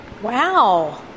wow